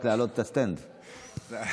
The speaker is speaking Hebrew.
היושב-ראש.